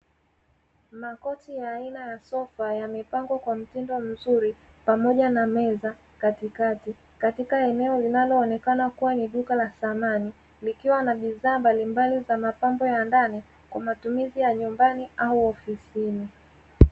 Makochi ya aina ya sofa yamepangwa kwa mtindo mzuri pamoja na meza katikati katika eneo linaloonekana kuwa ni duka la samani, likiwa na bidhaa mbalimbali za mapambo ya ndani kwa matumizi ya nyumbani au ofisini.